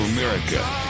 America